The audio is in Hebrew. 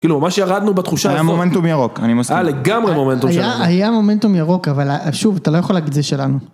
כאילו מה שירדנו בתחושה לגמרי מומנטום ירוק היה מומנטום ירוק אבל שוב אתה לא יכול להגיד זה שלנו.